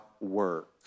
work